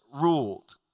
ruled